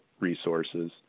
resources